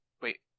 Wait